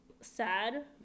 sad